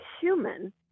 human